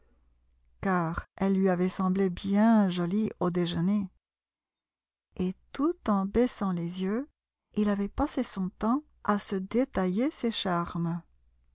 car elle lui avait semblé bien jolie au déjeuner et tout en baissant les yeux il avait passé son temps à se détailler ses charmes